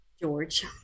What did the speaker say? George